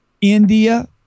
India